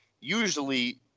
usually